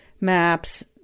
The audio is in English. maps